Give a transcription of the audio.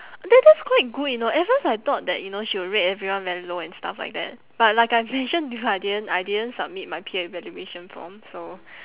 that that's quite good you know at first I thought that you know she will rate everyone very low and stuff like that but like I mention because I didn't I didn't submit my peer evaluation form so